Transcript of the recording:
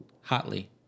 hotly